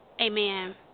Amen